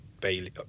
bailey